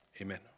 amen